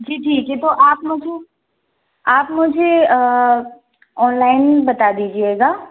जी ठीक है तो आप मुझे आप मुझे ऑनलाइन बता दीजिएगा